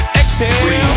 exhale